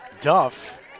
Duff